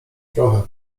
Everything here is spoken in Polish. trochę